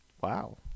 Wow